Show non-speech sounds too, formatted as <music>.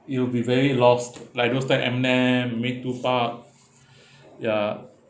you will be very lost like those type eminem made too far <breath> ya